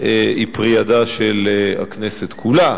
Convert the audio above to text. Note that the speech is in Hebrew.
היא פרי ידה של הכנסת כולה.